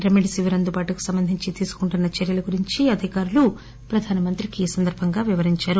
remdesivir అందుబాటుకి సంబంధించి తీసుకుంటున్న చర్యల గురించి అధికారులు ప్రధాన మంత్రికి వివరించారు